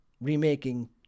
remaking